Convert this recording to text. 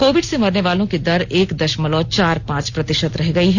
Covid से मरने वालों की दर एक दशमलव चार पांच प्रतिशत रह गई है